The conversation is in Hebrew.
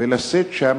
ולשאת שם